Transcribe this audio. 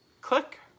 click